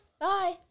Bye